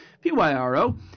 P-Y-R-O